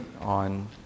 on